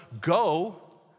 go